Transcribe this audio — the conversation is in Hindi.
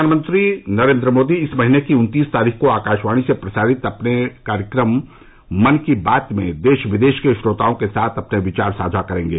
प्रधानमंत्री नरेन्द्र मोदी इस महीने की उन्तीस तारीख को आकाशवाणी से प्रसारित अपने कार्यक्रम मन की बात में देश विदेश के श्रोताओं के साथ अपने विचार साझा करेंगे